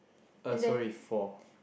uh sorry four